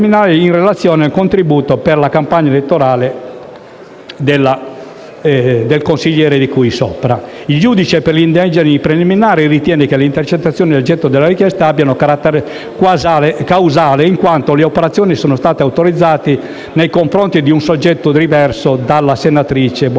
Il giudice per le indagini preliminari ritiene che le intercettazioni oggetto della richiesta abbiano carattere casuale in quanto le operazioni sono state autorizzate nei confronti di un soggetto diverso dalla senatrice Bonfrisco.